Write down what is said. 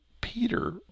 Peter